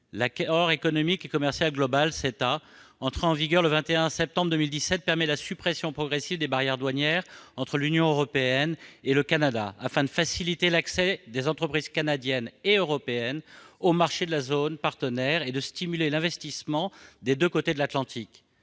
L'accord économique et commercial global, qui est entré en vigueur le 21 septembre 2017, permet la suppression progressive des barrières douanières entre l'Union européenne et le Canada, afin de faciliter l'accès des entreprises canadiennes et européennes aux marchés de la zone partenaire et de stimuler l'investissement des deux côtés de l'Atlantique.